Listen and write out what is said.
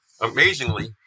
amazingly